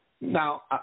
Now